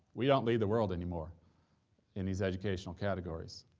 we don't lead the world anymore in these educational categories,